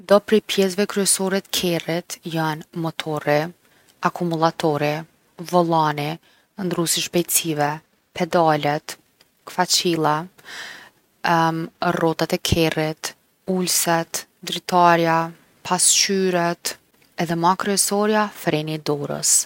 Do prej pjesve kryesore t’kerrit jon motorri, akumullatori, vollani, ndrrusi i shpejtsive, pedalet, kfaçilla, rrotat e kerrit, ulset, dritarja, pasqyret, edhe ma kryesorja, freni i dorës.